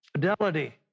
fidelity